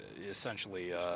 essentially